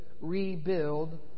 rebuild